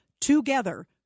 together